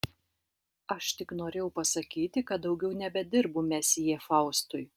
aš tik norėjau pasakyti kad daugiau nebedirbu mesjė faustui